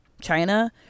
china